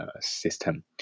system